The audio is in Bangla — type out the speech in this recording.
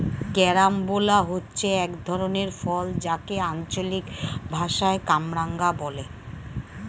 ক্যারামবোলা হচ্ছে এক ধরনের ফল যাকে আঞ্চলিক ভাষায় কামরাঙা বলে